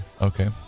Okay